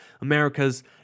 America's